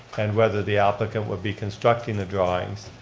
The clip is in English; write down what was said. and whether the applicant would be constructing the drawings.